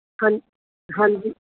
ਹਾਂਜੀ ਹਾਂਜੀ